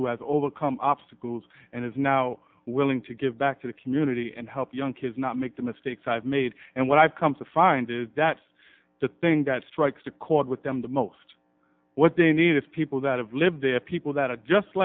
who has overcome obstacles and is now willing to give back to the community and help young kids not make the mistakes i've made and what i've come to find is that the thing that strikes a chord with them the most what they need is people that have lived there people that are just